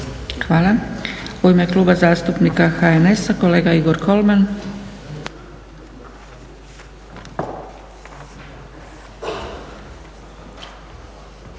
Hvala. U ime Kluba zastupnika HNS-a kolega Igor Kolman.